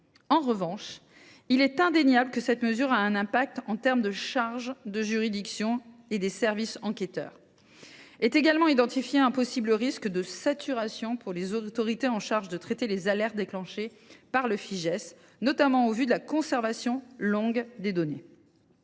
En revanche, il est indéniable que cette mesure fera peser une charge supplémentaire sur les juridictions et les services enquêteurs. Est également identifié un possible risque de saturation pour les autorités chargées de traiter les alertes déclenchées par le Fijais, notamment au vu de la conservation longue des données.